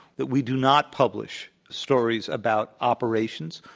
that we do not publish stories about operations.